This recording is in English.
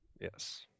Yes